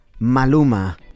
Maluma